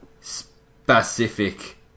specific